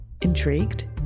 Intrigued